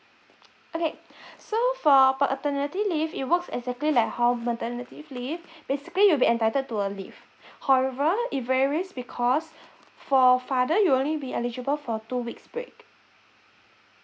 okay so for paternity leave it works exactly like how maternity leave basically you'll be entitled to a leave however it varies because for father you only be eligible for two weeks break